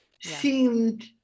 seemed